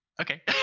Okay